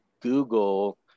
google